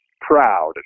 proud